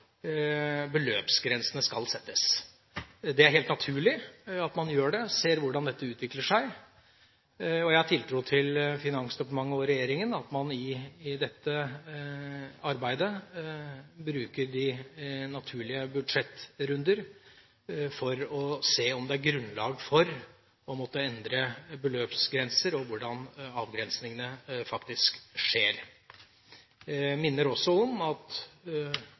beløpsgrensene skal settes. Det er helt naturlig at man gjør det og ser hvordan dette utvikler seg. Jeg har den tiltro til Finansdepartementet og regjeringen at man i dette arbeidet bruker de naturlige budsjettrunder for å se om det er grunnlag for å endre beløpsgrenser – og hvordan avgrensningene faktisk skjer. Jeg minner også om at